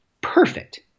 perfect